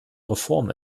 reform